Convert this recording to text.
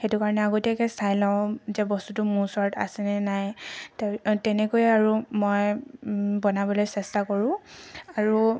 সেইটো কাৰণে আগতীয়াকৈ চাই লওঁ যে বস্তুটো মোৰ ওচৰত আছে নে নাই তেনেকৈ আৰু মই বনাবলৈ চেষ্টা কৰোঁ আৰু